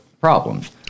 problems